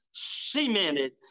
cemented